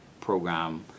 program